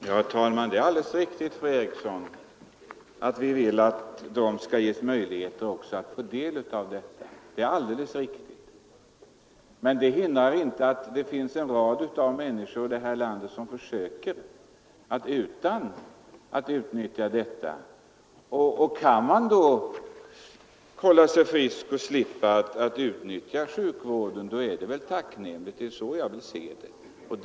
Herr talman! Det är alldeles riktigt, fru Eriksson i Stockholm, att vi vill att det skall ges möjlighet också att få del av läkemedelsrabatten. Men det hindrar inte att det finns en rad människor i vårt land som försöker att klara sig utan att utnyttja dessa rabatter. Det är väl tacknämligt om de kan hålla sig friska och slippa utnyttja sjukvården. Det är så jag vill se det hela.